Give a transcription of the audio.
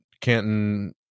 Canton